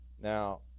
Now